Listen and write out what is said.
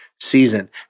season